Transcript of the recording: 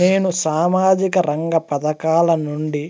నేను సామాజిక రంగ పథకాల నుండి